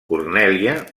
cornèlia